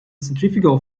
centrifugal